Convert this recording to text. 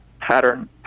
pattern